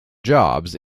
jobs